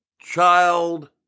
child